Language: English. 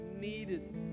needed